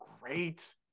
great